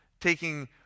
taking